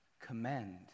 Commend